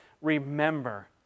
remember